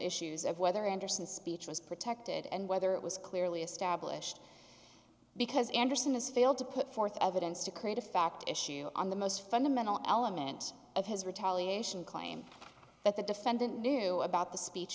issues of whether andersen speech was protected and whether it was clearly established because andersen has failed to put forth evidence to create a fact issue on the most fundamental element of his retaliation claim that the defendant knew about the speech